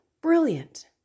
Brilliant